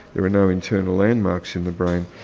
there are no internal landmarks in the brain,